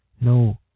no